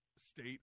state